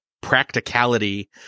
practicality